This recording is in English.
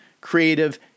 creative